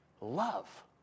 love